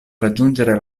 raggiungere